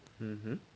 mmhmm